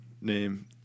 name